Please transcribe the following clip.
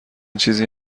چیزی